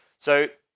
so.